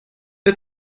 der